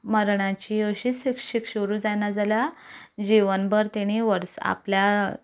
मरणाची अशी सिक्षा शिक्षा उरूंक जाय नाजाल्यार जिवनभर तांणी वर्सां आपल्याक